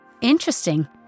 Interesting